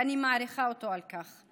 ואני מעריכה אותו על כך.